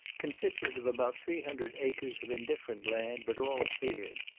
consisted of about three hundred acres of indifferent land, but all cleared.